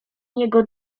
niego